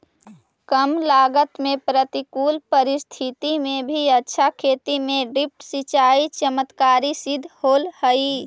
कम लागत में प्रतिकूल परिस्थिति में भी अच्छा खेती में ड्रिप सिंचाई चमत्कारी सिद्ध होल हइ